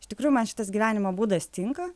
iš tikrųjų man šitas gyvenimo būdas tinka